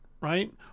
right